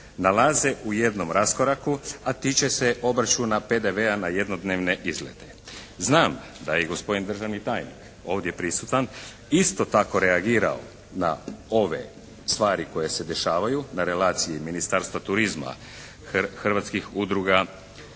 nalaze u jednom raskoraku a tiče se obračuna PDV-a na jednodnevne izlete. Znam da je gospodin državni tajnik ovdje prisutan isto tako reagirao na ove stvari koje se dešavaju na relaciji Ministarstva turizma, hrvatskih udruga